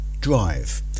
drive